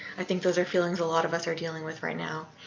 i think those are feelings a lot of us are dealing with right now,